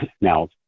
now